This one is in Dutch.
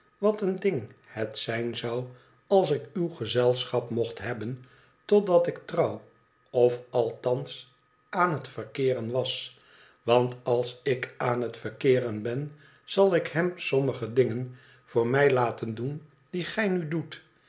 wat een ding het zijn zou als ik uw gezelschap mocht hebben totdat ik trouw of althans aan het verkeeren was want als ik aan het verkeeren ben zal ik hem sommige dingen voor mij laten doen die gij nu doet